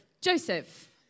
Joseph